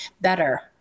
better